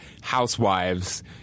housewives